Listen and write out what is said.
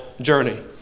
journey